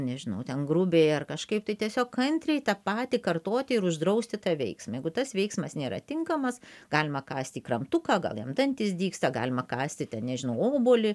nežinau ten grubiai ar kažkaip tai tiesiog kantriai tą patį kartoti ir uždrausti tą veiksmą jeigu tas veiksmas nėra tinkamas galima kąsti kramtuką gal jam dantys dygsta galima kąsti ten nežinau obuolį